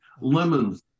lemons